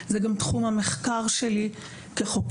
זהו גם תחום המחקר שלי כחוקרת,